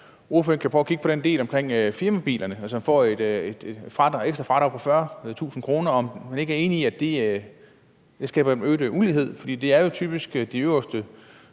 ordføreren kan prøve at kigge på den del om firmabilerne. Hvis man får et ekstra fradrag på 40.000 kr., er han så ikke enig i, at det skaber øget ulighed? For det er jo typisk de øverste